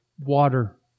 water